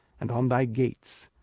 and on thy gates.